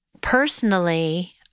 personally